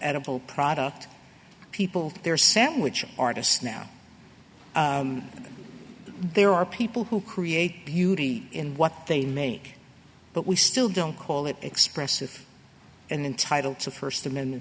edible product people there are sandwich artists now there are people who create beauty in what they make but we still don't call it expressive and entitle to first amendment